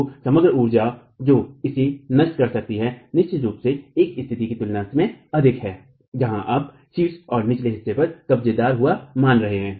तो समग्र ऊर्जा जो इसे नष्ट कर सकती है निश्चित रूप से एक स्थिति की तुलना में अधिक है जहां आप शीर्ष और निचले हिस्से पर कब्जेदार हुआ मान रहे हैं